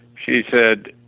she said,